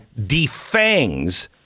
defangs